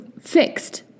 fixed